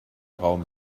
raum